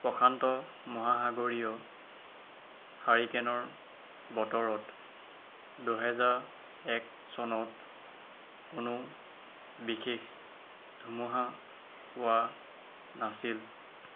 প্ৰশান্ত মহাসাগৰীয় হাৰিকেনৰ বতৰত দুহেজাৰ এক চনত কোনো বিশেষ ধুমুহা হোৱা নাছিল